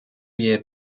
year